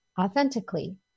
authentically